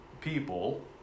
people